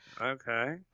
okay